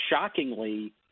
shockingly